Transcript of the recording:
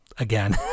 Again